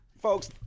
Folks